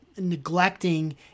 neglecting